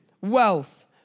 wealth